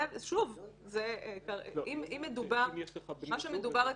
מה שמדובר אצלכם,